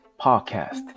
podcast